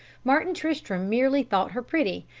martin tristram merely thought her pretty,